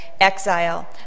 exile